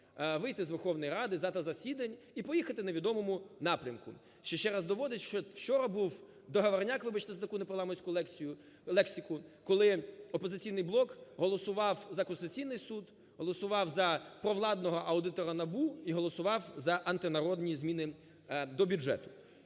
вийти з Верховної Ради, з засідань, і поїхати у невідомому напрямку. Що ще раз доводить, що вчора був договорняк, вибачте за таку непарламентську лексику. Коли "Опозиційний блок" голосував за Конституційний Суд, голосував за провладного аудитора НАБУ і голосував за антинародні зміни до бюджету.